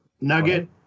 nugget